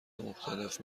مختلف